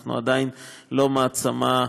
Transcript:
אנחנו עדיין לא מעצמה.